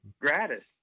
gratis